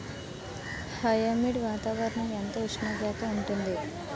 Humid వాతావరణం ఎంత ఉష్ణోగ్రత ఉంటుంది?